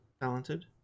talented